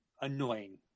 annoying